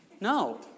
No